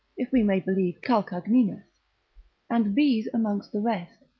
if we may believe calcagninus and bees amongst the rest,